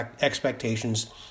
expectations